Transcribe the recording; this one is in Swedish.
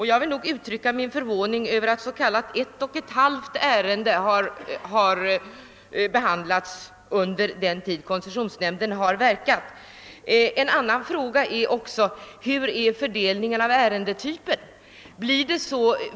Jag vill uttrycka min förvåning över att endast vad som kallas ett och ett halvt ärende har behandlats under den tid koncessionsnämnden har verkat. En annan intressant fråga gäller fördelningen av ärendestyper.